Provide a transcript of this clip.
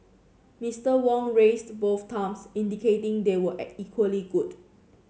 Mister Wong raised both thumbs indicating they were at equally good